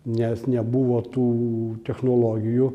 nes nebuvo tų technologijų